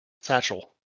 satchel